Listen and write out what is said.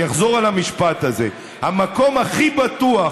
אני אחזור על המשפט הזה: המקום הכי בטוח